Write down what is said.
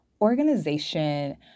Organization